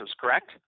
correct